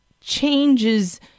changes